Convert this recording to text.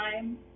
time